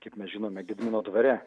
kaip mes žinome gedimino dvare